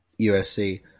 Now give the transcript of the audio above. USC –